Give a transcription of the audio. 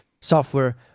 software